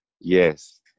Yes